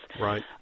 Right